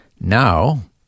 Now